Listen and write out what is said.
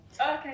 Okay